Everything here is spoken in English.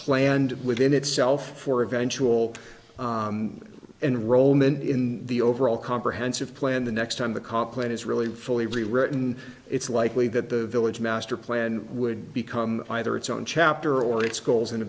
planned within itself for eventual enrollment in the overall comprehensive plan the next time the comp plan is really fully written it's likely that the village master plan would become either its own chapter or its goals and